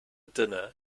dinner